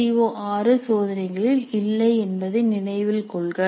C ஓ6 சோதனைகளில் இல்லை என்பதை நினைவில் கொள்க